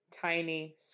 tiny